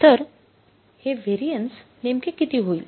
तर हे व्हेरिएन्स नेमके किती होईल